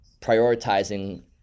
prioritizing